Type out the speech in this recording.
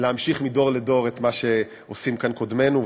להמשיך מדור לדור את מה שעשו כאן קודמינו,